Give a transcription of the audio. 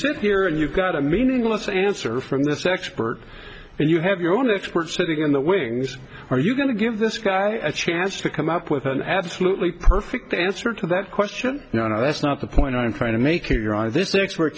sit here and you've got a meaningless answer from this expert and you have your own expert sitting in the wings are you going to give this guy chance to come up with an absolutely perfect answer to that question no no that's not the point i'm trying to make here on this sex